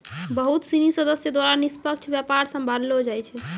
बहुत सिनी सदस्य द्वारा निष्पक्ष व्यापार सम्भाललो जाय छै